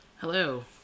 Hello